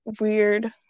weird